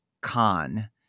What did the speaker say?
Khan